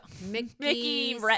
Mickey